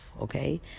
okay